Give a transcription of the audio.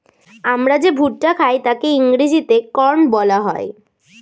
আমরা যে ভুট্টা খাই তাকে ইংরেজিতে কর্ন বলা হয়